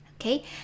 Okay